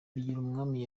bigirumwami